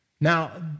Now